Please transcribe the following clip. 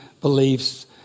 beliefs